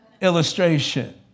illustration